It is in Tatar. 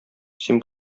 син